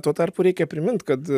tuo tarpu reikia primint kad